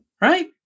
right